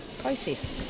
process